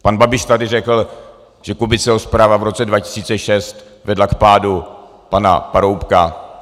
Pan Babiš tady řekl, že Kubiceho zpráva v roce 2006 vedla k pádu pana Paroubka.